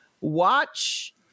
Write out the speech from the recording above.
watch